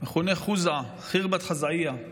שמכונה ח'וּזאעה, ח'ירְבת אֶח'זאעה.